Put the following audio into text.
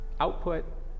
output